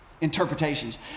Interpretations